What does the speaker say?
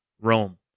Rome